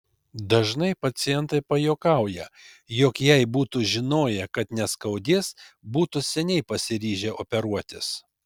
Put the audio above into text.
dažnai pacientai pajuokauja jog jei būtų žinoję kad neskaudės būtų seniai pasiryžę operuotis